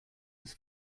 was